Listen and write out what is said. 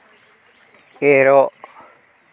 ᱮᱨᱚᱜ